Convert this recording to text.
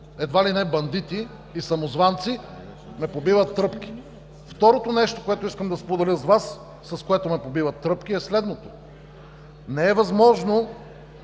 едва ли не на бандити и самозванци, ме побиват тръпки. Второто нещо, което искам да споделя с Вас, от което ме побиват тръпки, е следното: не е възможно